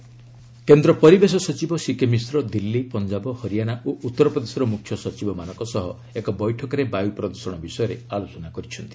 pollution meeting କେନ୍ଦ୍ର ପରିବେଶ ସଚିବ ସିକେ ମିଶ୍ର ଦିଲ୍ଲୀ ପଞ୍ଜାବ ହରିୟାଣା ଓ ଉତ୍ତର ପ୍ରଦେଶର ମୁଖ୍ୟ ସଚିବମାନଙ୍କ ସହ ଏକ ବୈଠକରେ ବାୟୁ ପ୍ରଦ୍ୟଷଣ ବିଷୟରେ ଆଲୋଚନା କରିଛନ୍ତି